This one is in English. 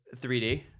3D